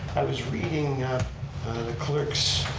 i was reading clerk's,